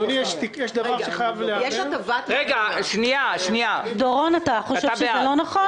דורון שורר, אתה חושב שזה לא נכון?